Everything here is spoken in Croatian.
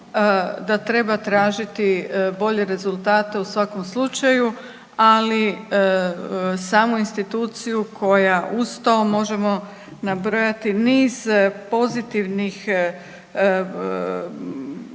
Da treba tražiti bolje rezultate u svakom slučaju, ali samu instituciju koja uz to možemo nabrojati niz pozitivnih poslova